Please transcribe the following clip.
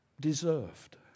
deserved